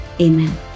Amen